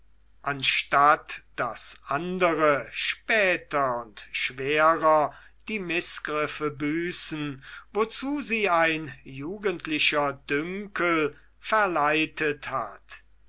anstatt daß andere später und schwerer die mißgriffe büßen wozu sie ein jugendlicher dünkel verleitet hat